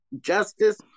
justice